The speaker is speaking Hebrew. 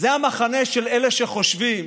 זה המחנה של אלה שחושבים